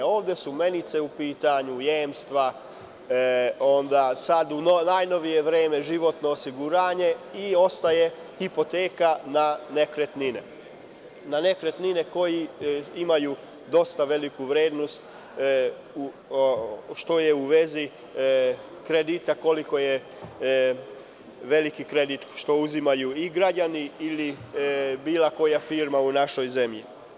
Ovde su menice u pitanju, jemstva, sad u najnovije vreme životno osiguranje i ostaje hipoteka na nekretninama, na nekretninama koje imaju dosta veliku vrednost, što je u vezi kredita koliko je veliki kredit koji uzimaju i građani ili bilo koja firma u našoj zemlji.